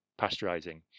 pasteurizing